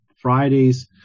Fridays